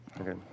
Okay